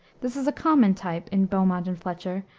this is a common type in beaumont and fletcher,